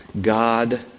God